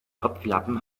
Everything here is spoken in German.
topflappen